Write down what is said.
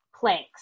planks